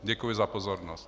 Děkuji za pozornost.